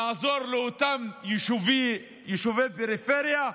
לעזור לאותם יישובי פריפריה,